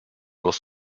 was